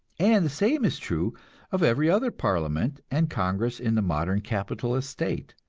and the same is true of every other parliament and congress in the modern capitalist state.